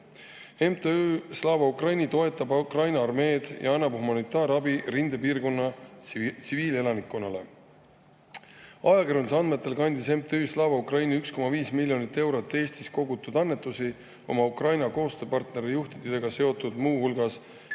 MTÜ Slava Ukraini toetab Ukraina armeed ja annab humanitaarabi rindepiirkonna tsiviilelanikkonnale. Ajakirjanduse andmetel kandis MTÜ Slava Ukraini 1,5 miljonit eurot Eestis kogutud annetusi oma Ukraina koostööpartneri juhtidega seotud ja muu hulgas